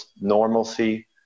normalcy